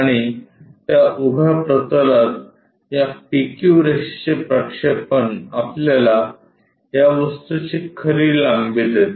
आणि त्या उभ्या प्रतलात या PQ रेषेचे प्रक्षेपण आपल्याला त्या वस्तूची खरी लांबी देते